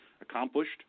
accomplished